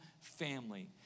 family